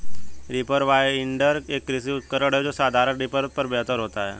reaper binder, एक कृषि उपकरण है जो साधारण रीपर पर बेहतर होता है